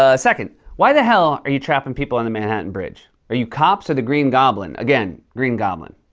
ah second, why the hell are you trapping people on the manhattan bridge? are you cops or the green goblin? again, green goblin,